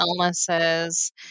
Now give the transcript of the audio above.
illnesses